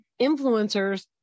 influencers